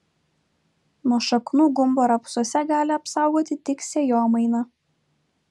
nuo šaknų gumbo rapsuose gali apsaugoti tik sėjomaina